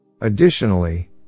Additionally